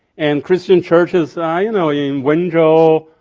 and christian churches i you know yeah um wenzhou, so